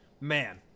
man